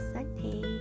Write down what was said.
Sunday